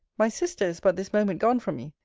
my sister is but this moment gone from me.